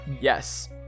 Yes